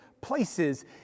places